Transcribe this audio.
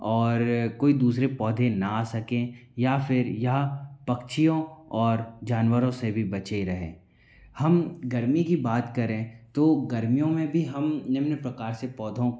और कोई दूसरे पौधे न आ सकें या फिर यह पक्षियों और जानवरों से भी बचे रहें हम गर्मी की बात करें तो गर्मियों में भी हम निम्न प्रकार से पौधों